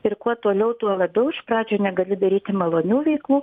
ir kuo toliau tuo labiau iš pradžių negaliu daryti malonių veiklų